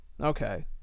Okay